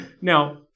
Now